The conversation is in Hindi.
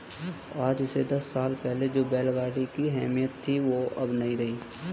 आज से दस साल पहले जो बैल गाड़ी की अहमियत थी वो अब नही रही